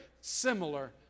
similar